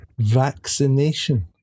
vaccination